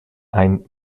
ein